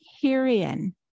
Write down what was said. herein